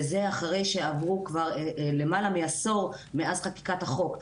וזה אחרי שעבר כבר למעלה מעשור מאז חקיקת החוק.